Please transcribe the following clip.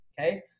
Okay